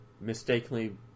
mistakenly